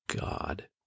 God